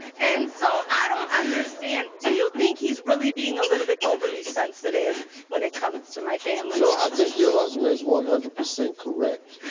and so i don't understand. do you think he's really being a little bit overly sensitive when it comes to my family? no i um think your husband is one hundred percent correct.